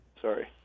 Sorry